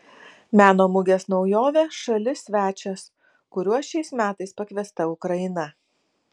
meno mugės naujovė šalis svečias kuriuo šiais metais pakviesta ukraina